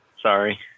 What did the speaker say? Sorry